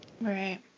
Right